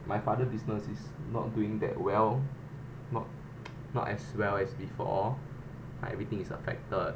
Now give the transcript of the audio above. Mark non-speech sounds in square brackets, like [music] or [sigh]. my father business is not doing that well not [noise] not as well as before everything is affected